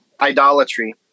idolatry